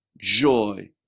joy